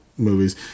movies